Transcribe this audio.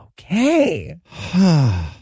okay